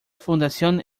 fundación